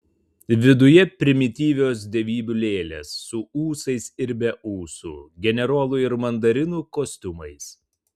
viduje primityvios dievybių lėlės su ūsais ir be ūsų generolų ir mandarinų kostiumais